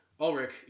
Ulrich